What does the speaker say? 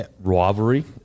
rivalry